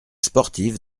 sportives